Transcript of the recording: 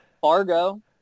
Fargo